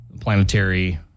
planetary